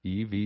EV